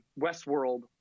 Westworld